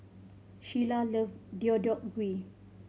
Sheilah love Deodeok Gui